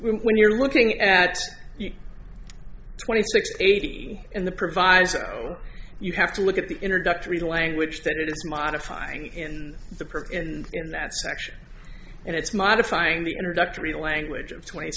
when you're looking at twenty six eighty in the proviso you have to look at the introductory language that is modifying and the perp in that section and it's modifying the introductory language of twenty